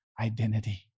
identity